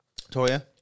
Toya